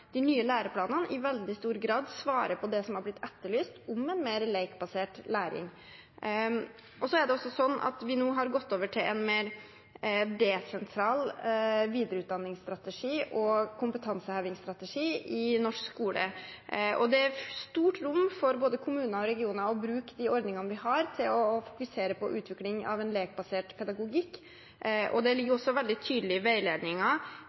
de nye læreplanene i veldig stor grad svarer på det som har blitt etterlyst om en mer lekbasert læring. Så er det også sånn at vi nå har gått over til en mer desentral videreutdanningsstrategi og kompetansehevingsstrategi i norsk skole, og det er stort rom for både kommuner og regioner til å bruke de ordningene vi har til å fokusere på utvikling av en lekbasert pedagogikk. Det ligger jo også veldig tydelig